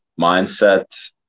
mindset